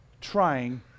trying